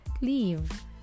leave